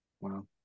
Wow